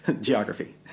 Geography